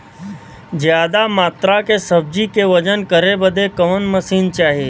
ज्यादा मात्रा के सब्जी के वजन करे बदे कवन मशीन चाही?